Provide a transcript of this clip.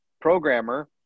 programmer